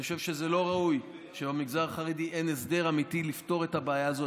אני חושב שזה לא ראוי שבמגזר החרדי אין הסדר אמיתי לפתור את הבעיה הזו.